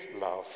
love